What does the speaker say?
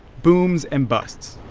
booms and busts.